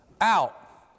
out